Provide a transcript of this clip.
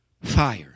fire